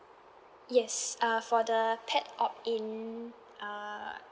yes err for the pet opt in err